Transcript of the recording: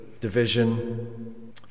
division